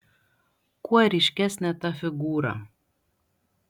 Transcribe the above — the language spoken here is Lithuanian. kuo ryškesnė ta figūra